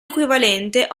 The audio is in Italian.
equivalente